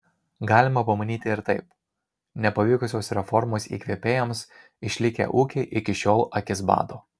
galima pamanyti ir taip nepavykusios reformos įkvėpėjams išlikę ūkiai iki šiol akis bado